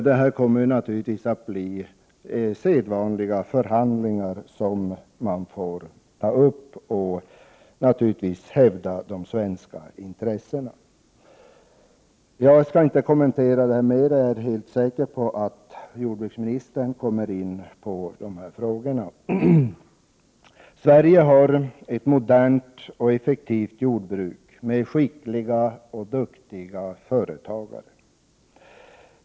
Det kommer naturligtvis att bli sedvanliga förhandlingar, där vi får hävda de svenska intressena. Jag skall inte kommentera detta ytterligare, eftersom jag är helt säker på att jordbruksministern kommer att ta upp dessa frågor. Sverige har ett modernt och effektivt jordbruk med skickliga och duktiga företagare.